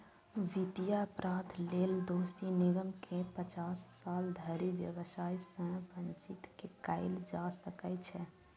वित्तीय अपराध लेल दोषी निगम कें पचास साल धरि व्यवसाय सं वंचित कैल जा सकै छै